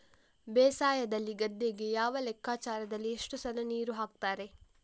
ಬೇಸಾಯದಲ್ಲಿ ಗದ್ದೆಗೆ ಯಾವ ಲೆಕ್ಕಾಚಾರದಲ್ಲಿ ಎಷ್ಟು ಸಲ ನೀರು ಹಾಕ್ತರೆ?